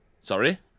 Sorry